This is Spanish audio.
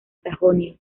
sajonia